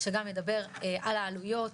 שגם ידבר על העלויות,